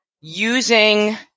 using